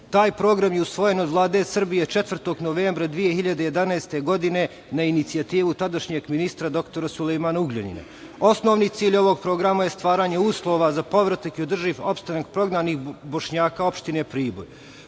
Taj program je usvojen od Vlade Srbije 4. novembra 2011. godine na inicijativu tadašnjeg ministra dr Sulejmana Ugljanina. Osnovni cilj ovog programa je stvaranje uslova za povratak i održiv opstanak prognanih Bošnjaka opštine